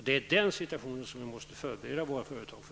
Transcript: Det är den situationen vi måste förbereda våra företag för.